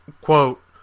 quote